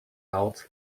out